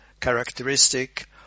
characteristic